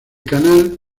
canal